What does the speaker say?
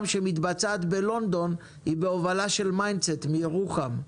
שמתבצעת בלונדון היא בהובלה של מיינדסט מירוחם.